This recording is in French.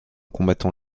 combattant